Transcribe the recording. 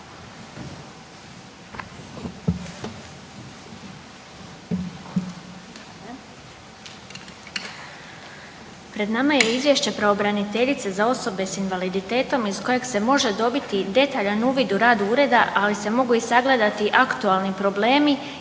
Pred nama je Izvješće pravobraniteljice za osobe s invaliditetom iz kojeg se može dobiti detaljan uvid u rad ureda, ali se mogu i sagledati aktualni problemi